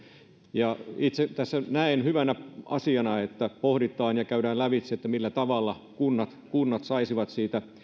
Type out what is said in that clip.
itse tässä näen hyvänä asiana että pohditaan ja käydään lävitse millä tavalla kunnat kunnat saisivat siitä